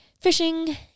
fishing